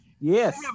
Yes